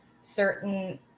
certain